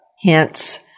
hints